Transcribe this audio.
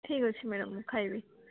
ଠିକ୍ ଅଛି ମ୍ୟାଡ଼ମ୍ ଖାଇବି